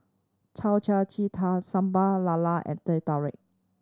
Yao Cai ji tang Sambal Lala and Teh Tarik